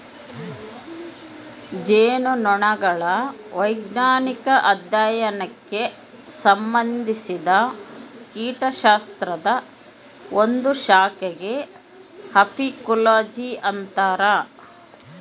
ಜೇನುನೊಣಗಳ ವೈಜ್ಞಾನಿಕ ಅಧ್ಯಯನಕ್ಕೆ ಸಂಭಂದಿಸಿದ ಕೀಟಶಾಸ್ತ್ರದ ಒಂದು ಶಾಖೆಗೆ ಅಫೀಕೋಲಜಿ ಅಂತರ